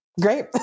great